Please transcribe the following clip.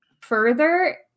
further